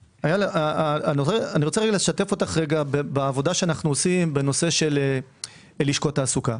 אני רוצה לשתף אותך בעבודה שאנו עושים בנושא של לשכות התעסוקה.